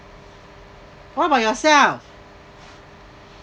what about yourself